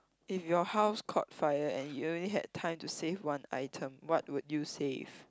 if your house caught fire and you only had time to save one item what would you save